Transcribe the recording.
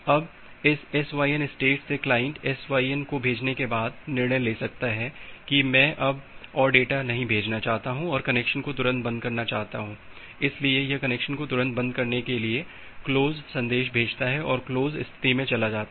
अब इस SYN state से क्लाइंट SYN को भेजने के बाद निर्णय ले सकता है कि मैं अब और डेटा नहीं भेजना चाहता हूँ और कनेक्शन को तुरंत बंद करना चाहता हूं इसलिए यह कनेक्शन को तुरंत बंद करने के लिए क्लोज सन्देश भेजता है और क्लोज स्थिति में चला जाता है